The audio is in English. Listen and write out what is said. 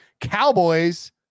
Cowboys